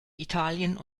italien